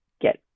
get